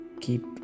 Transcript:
keep